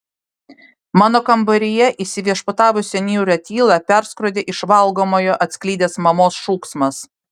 mano kambaryje įsiviešpatavusią niūrią tylą perskrodė iš valgomojo atsklidęs mamos šūksmas